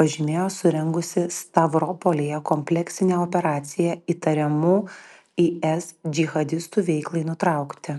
pažymėjo surengusi stavropolyje kompleksinę operaciją įtariamų is džihadistų veiklai nutraukti